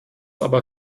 aber